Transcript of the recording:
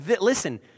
listen